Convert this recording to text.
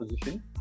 position